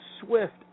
swift